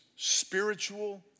Spiritual